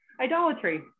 idolatry